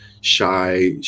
shy